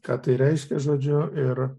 ką tai reiškia žodžiuir